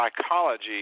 psychology